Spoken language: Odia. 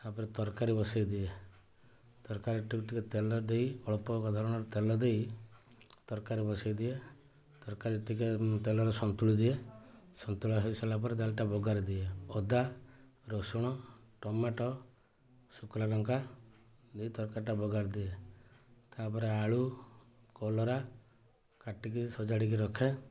ତାପରେ ତରକାରୀ ବସାଇ ଦିଏ ତରକାରୀକୁ ଟିକେ ତେଲ ଦେଇ ଅଳ୍ପ ଧରଣର ତେଲ ଦେଇ ତରକାରୀ ବସାଇ ଦିଏ ତରକାରୀ ଟିକେ ତେଲରେ ସନ୍ତୁଳି ଦିଏ ସନ୍ତୁଳା ହେଇସାରିଲା ପରେ ଡାଲି ଟା ବଘାରି ଦିଏ ଅଦା ରସୁଣ ଟମାଟୋ ଶୁଖୁଲା ଲଙ୍କା ଦେଇ ତରକାରୀ ଟା ବଘାରି ଦିଏ ତାପରେ ଆଳୁ କଲରା କାଟିକି ସଜାଡ଼ି କି ରଖେ